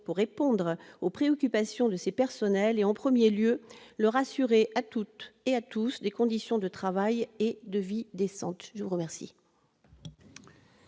pour répondre aux préoccupations de ces personnels et, en premier lieu, leur assurer à toutes et à tous des conditions de travail et de vie décentes. La parole